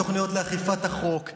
בתוכניות לאכיפת החוק,